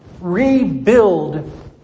rebuild